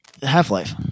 Half-Life